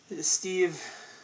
Steve